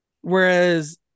Whereas